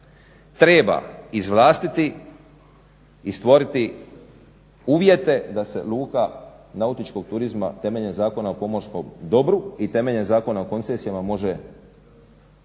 treba izvlastiti i stvoriti uvjete da se luka nautičkog turizma temeljem Zakona o pomorskom dobru i temeljem Zakona o koncesijama može